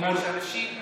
מכיוון שאנשים,